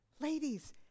Ladies